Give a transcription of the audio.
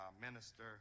Minister